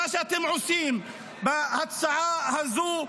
מה שאתם עושים בהצעה הזו,